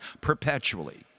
perpetually